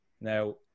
Now